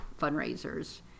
fundraisers